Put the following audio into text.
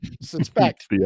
suspect